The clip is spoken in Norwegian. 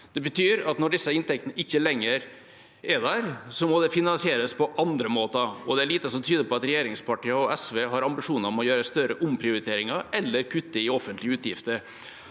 Det betyr at når disse inntektene ikke lenger er der, må det finansieres på andre måter, og det er lite som tyder på at regjeringspartiene og SV har ambisjoner om å gjøre større omprioriteringer eller kutte i offentlige utgifter.